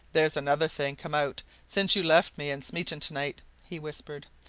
there's another thing come out since you left me and smeaton tonight, he whispered.